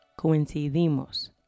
coincidimos